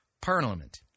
parliament